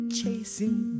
chasing